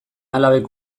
alabek